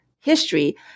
history